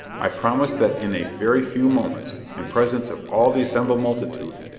i promise that in a very few moments, in presence of all the assembled multitude,